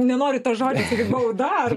nenoriu to žodžio sakyt bauda ar